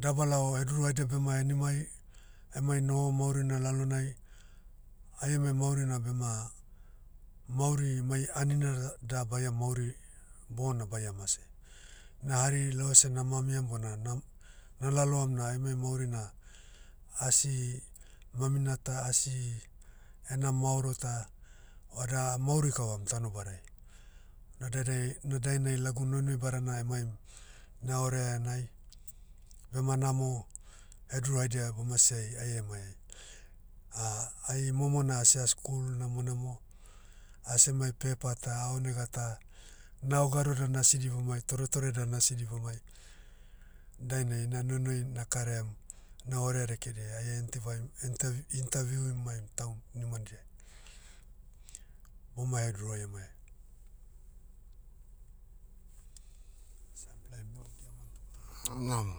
dabalao heduru haida bema henimai, emai noho maurina lalonai. Ai emai mauri na bema, mauri mai anina da baia mauri, bona baia mase. Na hari lau ese na mamiam bona na- nalaloam na aimai mauri na, asi, mamina ta asi, ena maoro ta, vada amauri kavam tanobadai. Na daidai- na dainai lagu noinoi badana emaim, na orea enai, bema namo, heduru haidia boma siai, ai emaiai. ai momo na asia skul namonamo, asemai pepa ta aonega ta, nao gado dan asi dibamai toretore dan asi dibamai. Dainai ina nonoi nakaraiam, na orea dekediai aie entivaim- enta- interview'imaim tau nimandiai, boma heduru ai emai.